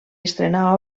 estrenar